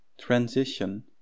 Transition